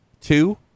two